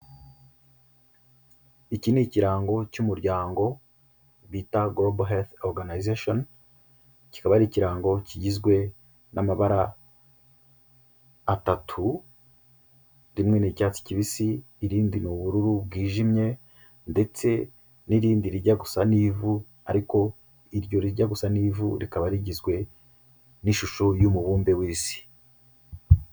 Iki ni ikirango cy'umuryango bita Global Health Organization, kikaba ari ikirango kigizwe n'amabara atatu, rimwe ni icyatsi kibisi, irindi ni ubururu bwijimye, ndetse n'irindi rijya gusa n'ivu, ariko iryo rijya gusa n'ivu rikaba rigizwe n'ishusho y'umubumbe w'isi.